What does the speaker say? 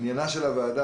עניינה של הוועדה,